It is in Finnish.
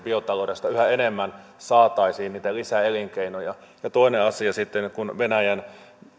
biotaloudesta yhä enemmän saataisiin niitä lisäelinkeinoja toinen asia on sitten kun venäjän